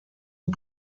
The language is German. und